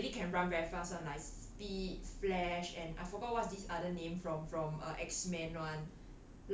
like really can run very fast [one] like speed flash and I forgot what's this other name from from X men [one]